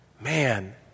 man